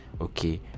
okay